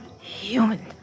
Human